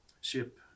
Ship